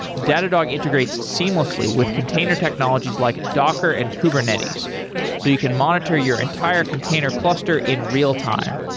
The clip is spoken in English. datadog integrates seamlessly with container technologies like docker and kubernetes so you can monitor your entire container cluster in real-time.